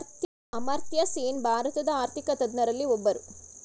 ಅಮರ್ತ್ಯಸೇನ್ ಭಾರತದ ಆರ್ಥಿಕ ತಜ್ಞರಲ್ಲಿ ಒಬ್ಬರು